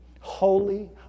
Holy